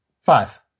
Five